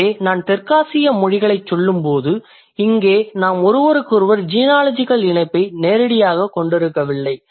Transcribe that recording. எனவே நான் தெற்காசிய மொழிகளைச் சொல்லும்போது இங்கே நாம் ஒருவருக்கொருவர் ஜீனாலஜிகல் இணைப்பை நேரடியாகக் கொண்டிருக்கவில்லை